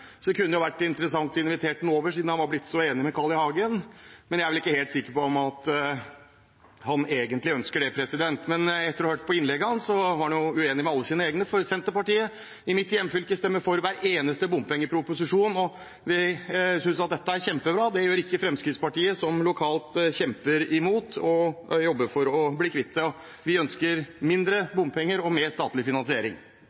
så det kunne jo vært interessant å invitere ham over, siden han var blitt så enig med Carl I. Hagen, men jeg er vel ikke helt sikker på om han egentlig ønsker det. Men etter å ha hørt på innlegget hans: Han var jo uenig med alle sine egne, for Senterpartiet i mitt hjemfylke stemmer for hver eneste bompengeproposisjon og synes dette er kjempebra. Det gjør ikke Fremskrittspartiet, som lokalt kjemper imot og jobber for å bli kvitt dem. Vi ønsker